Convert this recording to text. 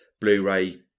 Blu-ray